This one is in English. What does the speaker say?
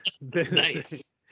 Nice